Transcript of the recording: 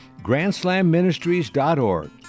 GrandSlamMinistries.org